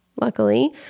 luckily